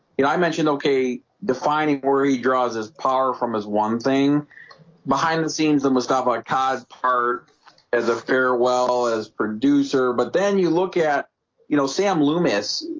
you know i mentioned okay defining where he draws his power from his one thing behind the scenes that most often ah but caused part as a farewell as producer, but then you look at you know sam loomis,